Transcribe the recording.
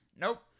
Nope